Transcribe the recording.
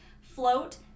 float